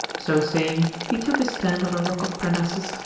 so saying, he took his stand on a rock of parnassus,